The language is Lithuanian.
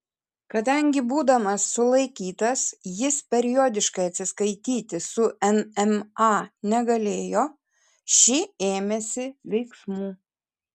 kadangi būdamas sulaikytas jis periodiškai atsiskaityti su nma negalėjo ši ėmėsi veiksmų